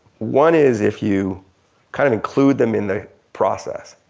one is if you kind of include them in the process.